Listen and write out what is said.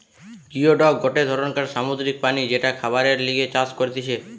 geoduck গটে ধরণকার সামুদ্রিক প্রাণী যেটা খাবারের লিগে চাষ করতিছে